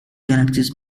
galaxies